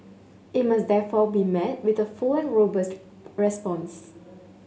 it must therefore be met with the full and robust response